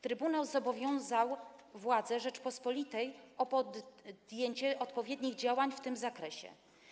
Trybunał zobowiązał władze Rzeczypospolitej do podjęcia odpowiednich działań w tym zakresie.